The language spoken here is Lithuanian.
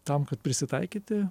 tam kad prisitaikyti